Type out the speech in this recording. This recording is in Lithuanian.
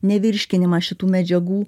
ne virškinimą šitų medžiagų